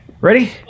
ready